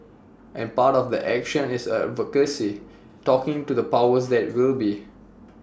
and part of that action is advocacy talking to the powers that will be